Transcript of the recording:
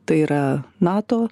tai yra nato